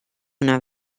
una